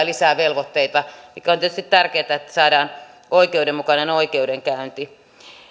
lisää velvoitteita mikä on tietysti tärkeätä että saadaan oikeudenmukainen oikeudenkäynti